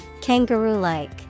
Kangaroo-like